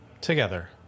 together